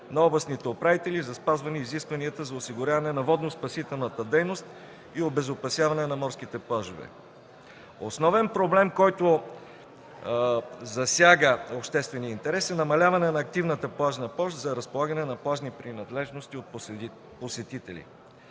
на областните управители, за спазване изискванията за осигуряване на водно-спасителната дейност и обезопасяване на морските плажове. Основен проблем, който засяга обществения интерес, е намаляване на активната плажна площ за разполагане на плажни принадлежности от посетители.